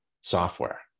software